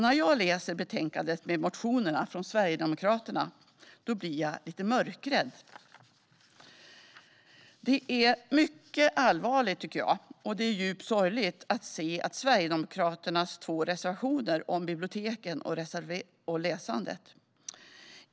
När jag läser betänkandet med motionerna från Sverigedemokraterna blir jag lite mörkrädd. Jag tycker att det är mycket allvarligt och djupt sorgligt att se Sverigedemokraternas två reservationer om biblioteken och läsandet.